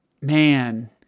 Man